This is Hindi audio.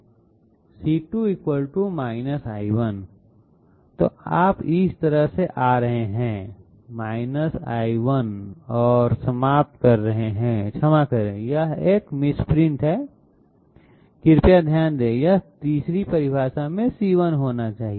c2 l1 तो आप इस तरह से आ रहे हैं l1 और समाप्त कर रहे है क्षमा करें यह एक मिसप्रिंट है कृपया ध्यान दें यह तीसरी परिभाषा में c1 होना चाहिए